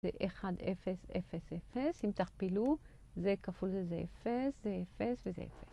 זה אחד, אפס, אפס, אפס, אם תכפילו, זה כפול זה אפס, זה אפס וזה אפס.